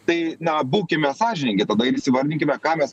tai na būkime sąžiningi tada ir įsivardinkime ką mes